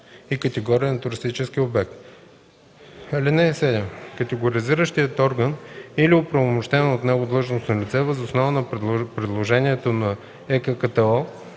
и категория на туристическия обект. (7) Категоризиращият орган или оправомощено от него длъжностно лице въз основа на предложението на ЕККТО